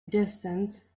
distance